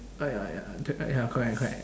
uh ya ya corre~ ya correct correct